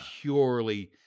purely